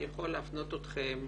אני יכול להפנות אתכם